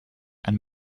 and